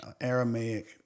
Aramaic